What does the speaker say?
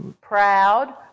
proud